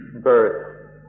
birth